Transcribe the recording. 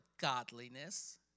godliness